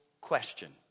question